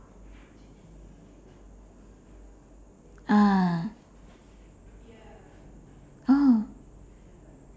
ah oh